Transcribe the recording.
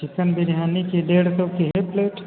chicken biryani की डेढ़ सौ की है प्लेट